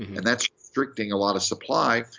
and that's restricting a lot of supply.